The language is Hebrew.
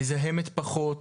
מזהמת פחות,